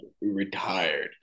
Retired